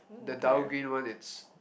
the dull green one is